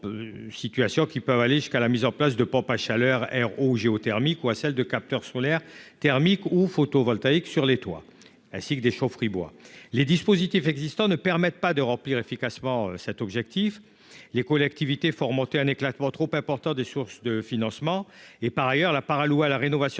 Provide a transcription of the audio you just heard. situations qui peuvent aller jusqu'à la mise en place de pompes à chaleur R O ou géothermiques ou à celle de capteurs solaires thermiques ou photovoltaïques sur les toits, ainsi que des chaufferies bois les dispositifs existants ne permettent pas de remplir efficacement cet objectif, les collectivités, faut remonter un éclatement trop important des sources de financement, et par ailleurs la part allouée à la rénovation